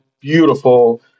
beautiful